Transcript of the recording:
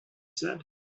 said